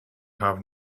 have